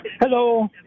Hello